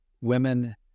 women